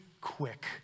quick